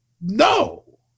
no